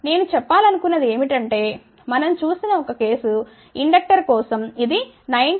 నేను చెప్పలకున్నది ఏమిటంటే మనం చూసిన ఒక కేసు ఇండక్టర్ కోసం ఇది 19